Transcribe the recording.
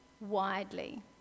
widely